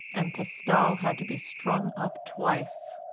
and pestal had to be strung up twice.